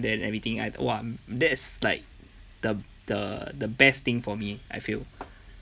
there everything I !wah! that's like the the the best thing for me I feel